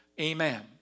Amen